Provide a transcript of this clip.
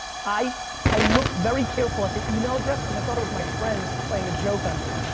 i i looked very careful at the email address because i thought it was my friends playing a joke on me.